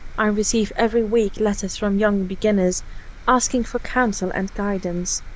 i receive, every week, letters from young beginners asking for counsel and guidance.